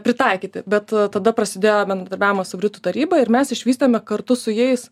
pritaikyti bet tada prasidėjo bendradarbiavimas su britų taryba ir mes išvystėme kartu su jais